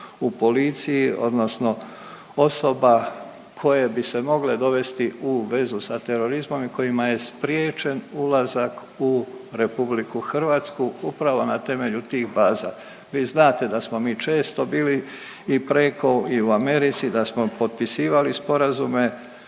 u policiji, odnosno osoba koje bi se mogle dovesti u vezu sa terorizmom i kojima je spriječen ulazak u Republiku Hrvatsku upravo na temelju tih baza. Vi znate da smo mi često bili i preko i u Americi, da smo potpisivali sporazume.